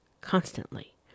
constantly